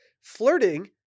flirting